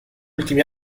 ultimi